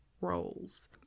roles